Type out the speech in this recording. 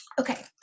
Okay